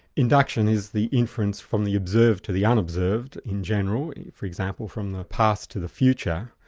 induction is the inference from the observed to the unobserved, in general, for example, from the past to the future.